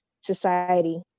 society